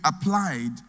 applied